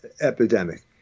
epidemic